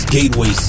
Gateway